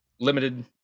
limited